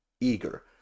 eager